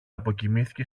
αποκοιμήθηκε